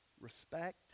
respect